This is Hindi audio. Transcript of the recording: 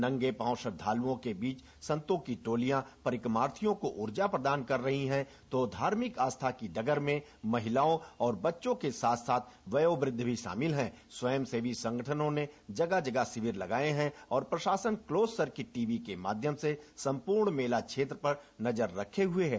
नंगे पाँव श्रद्धालुओं के बीच संतों की टोलियां परिक्रमार्थियों को उर्जा प्रदान कर रहीं हैं तो धार्मिक आस्था की डगर में महिलाओं बच्चों के साथ साथ वयोवृद्ध भी शामिल हैं द्य स्वयंसेवी संगठनों ने जगह जगह शिविर लगाये हैं और प्रशासन क्लोस सर्किट टी वी के माध्यम से सम्पूर्ण मेला क्षेत्र पर नजर रखे हुए है